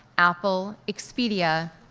apple, expedia,